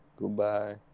Goodbye